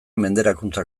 menderakuntza